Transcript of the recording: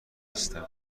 نیستم